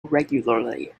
regularly